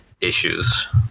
issues